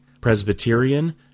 Presbyterian